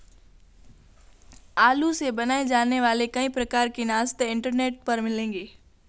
आलू से बनाए जाने वाले कई प्रकार के नाश्ते इंटरनेट पर मिलेंगे